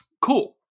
Cool